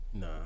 Nah